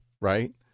Right